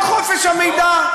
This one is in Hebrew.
מחוק חופש המידע,